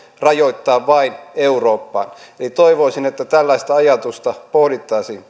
rajoittaa vain eurooppaan eli toivoisin että tällaista ajatusta pohdittaisiin